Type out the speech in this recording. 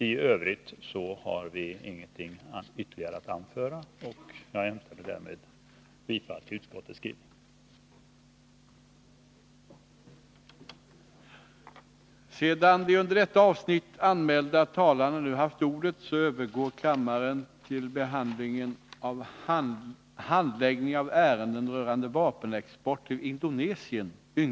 I övrigt har vi ingenting ytterligare att anföra, och jag yrkar därmed bifall till utskottets skrivning.